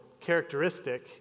characteristic